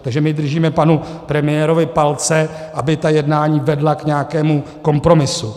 Takže my držíme panu premiérovi palce, aby ta jednání vedla k nějakému kompromisu.